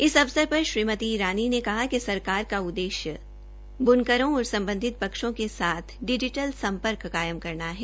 इस अवसर पर श्रीमती ईरानी ने कहा कि सरकार का उद्देश्य ब्नकों और सम्बधित पक्षों के साथ डिजीटल सम्पर्क कायम करना है